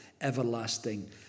Everlasting